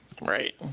Right